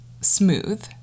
smooth